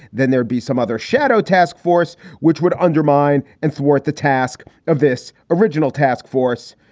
then there'd be some other shadow task force which would undermine and thwart the task of this original task force.